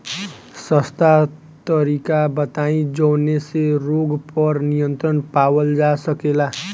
सस्ता तरीका बताई जवने से रोग पर नियंत्रण पावल जा सकेला?